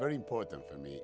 very important to me